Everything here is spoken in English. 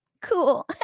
Cool